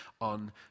on